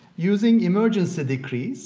using emergency decrees